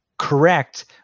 correct